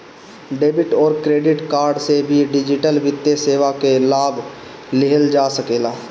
debit अउरी credit card से भी डिजिटल वित्तीय सेवा कअ लाभ लिहल जा सकेला